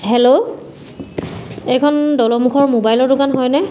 hello এইখন দৌলমুখৰ মোবাইলৰ দোকান হয়নে